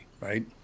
right